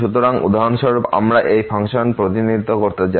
সুতরাং উদাহরণস্বরূপ আমরা এই ফাংশন প্রতিনিধিত্ব করতে চাই